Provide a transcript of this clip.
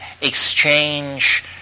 exchange